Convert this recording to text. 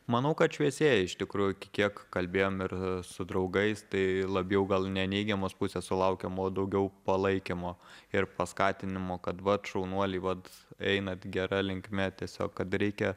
manau kad šviesėja iš tikrųjų kiek kalbėjom ir su draugais tai labiau gal ne neigiamos pusės sulaukėm o daugiau palaikymo ir paskatinimo kad vat šaunuoliai vat einat gera linkme tiesiog kad reikia